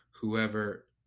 Whoever